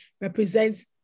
represents